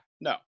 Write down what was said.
No